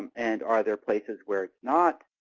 and are there places where it's not?